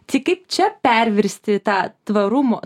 tai kaip čia perversti tą tvarumo